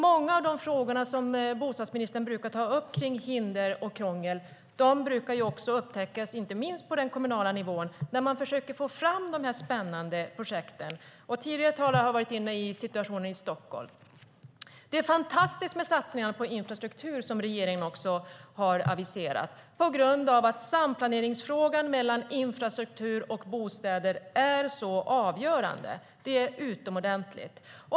Många av de frågor som bostadsministern brukar ta upp om hinder och krångel brukar inte minst upptäckas på den kommunala nivån när man försöker få fram de spännande projekten. Tidigare talare har varit inne på situationen i Stockholm. Det är fantastiskt med satsningarna på infrastruktur som regeringen har aviserat, eftersom samplaneringen mellan infrastruktur och bostäder är så avgörande. Det är utomordentligt.